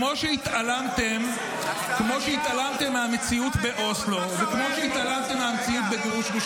כמו שהתעלמתם מהמציאות באוסלו וכמו שהתעלמתם מהמציאות בגירוש גוש